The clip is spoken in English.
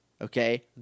Okay